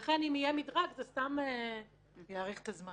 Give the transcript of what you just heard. לכן, אם יהיה מדרג זה סתם יאריך את הזמן.